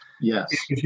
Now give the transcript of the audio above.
Yes